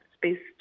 based